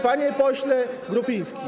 Panie Pośle Grupiński!